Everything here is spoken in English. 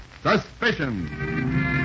Suspicion